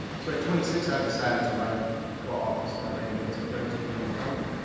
so at twenty six i decided to run and for office, and i ran against a thirteen year incumbent.